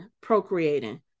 procreating